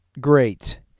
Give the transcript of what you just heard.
great